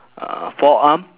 uh forearm